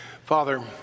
Father